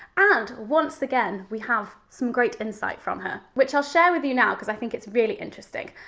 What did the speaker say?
and once again, we have some great insight from her, which i'll share with you now, because i think it's really interesting.